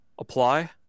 apply